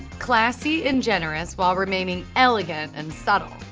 classy and generous while remaining elegant and subtle.